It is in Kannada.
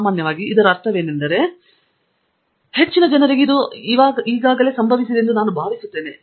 ಆದ್ದರಿಂದ ಸಾಮಾನ್ಯವಾಗಿ ಇದರ ಅರ್ಥವೇನೆಂದರೆ ನನಗೆ ಏನಾಯಿತು ಎಂದರೆ ಹೆಚ್ಚಿನ ಜನರಿಗೆ ಇದು ಸಂಭವಿಸಿದೆ ಎಂದು ನಾನು ಭಾವಿಸುತ್ತೇನೆ